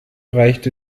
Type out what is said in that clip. reicht